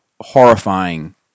horrifying